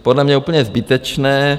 Podle mě je úplně zbytečné.